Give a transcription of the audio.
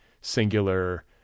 singular